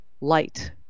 light